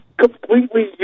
completely